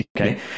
okay